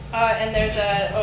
and there's a, oh,